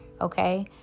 okay